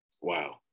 Wow